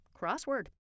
Crossword